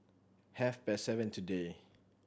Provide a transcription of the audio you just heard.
half past seven today